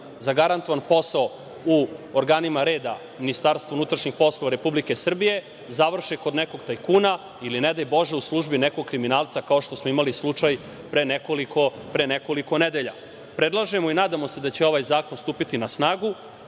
zagarantovan posao u organima reda Ministarstvu unutrašnjih poslova Republike Srbije, završe kod nekog tajkuna ili ne daj bože u službi nekog kriminalca kao što smo imali slučaj pre nekoliko nedelja. Predlažemo i nadamo se da će ovaj zakon stupiti na snagu,